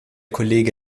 kollege